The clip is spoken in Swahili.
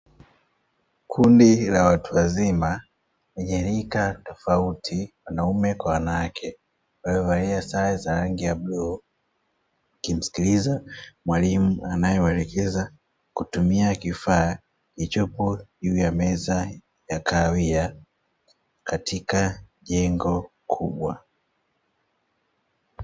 Kundi la watu wazima wenye rika tofauti wanaume kwa wanawake, waliovalia sare za rangi la bluu wakimsikiliza mwalimu anayewaelekeza kutumia kifaa kilichopo juu ya meza ya kahawia katika jengo kubwa.